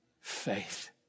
faith